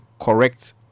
correct